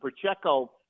Pacheco